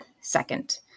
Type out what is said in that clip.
second